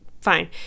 fine